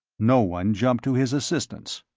no one jumped to his assistance.